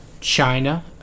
china